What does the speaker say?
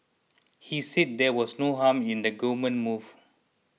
he said there was no harm in the government move